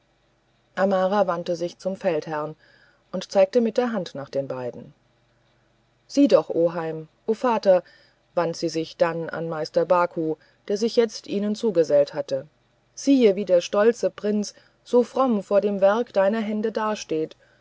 amara wandte sich zum feldherrn und zeigte mit der hand nach den beiden sieh doch oheim o vater wandte sie sich dann an meister baku der sich jetzt ihnen zugesellt hatte siehe wie der stolze prinz so fromm vor dem werk deiner hände dasteht